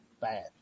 bad